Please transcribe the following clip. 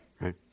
right